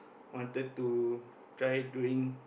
wanted to try doing